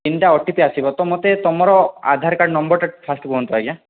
ତିନିଟା O T P ଆସିବ ତ ମୋତେ ତୁମର ଆଧାର କାର୍ଡ଼୍ ନମ୍ବର୍ଟା ଫାଷ୍ଟ୍ କୁହନ୍ତୁ ଆଜ୍ଞା